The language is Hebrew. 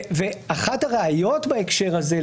אחת הראיות בהקשר הזה,